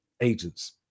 agents